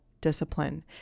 discipline